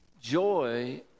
joy